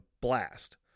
blast